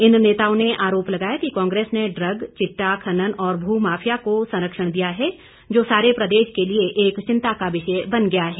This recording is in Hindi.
इन नेताओं ने आरोप लगाया कि कांग्रेस ने ड्रग चिट्टा खनन और भू माफिया को संरक्षण दिया है जो सारे प्रदेश के लिए एक चिंता का विषय बन गया है